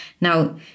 Now